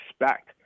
expect